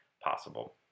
possible